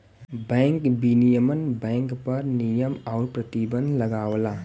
bank विनियमन bank पर नियम आउर प्रतिबंध लगावला